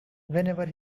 whenever